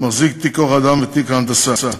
וכמחזיק תיק כוח אדם ותיק ההנדסה.